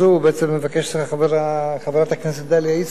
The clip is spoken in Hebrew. בעצם מבקשת חברת הכנסת דליה איציק